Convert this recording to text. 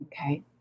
okay